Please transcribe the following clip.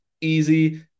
easy